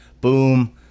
Boom